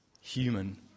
human